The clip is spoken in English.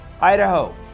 Idaho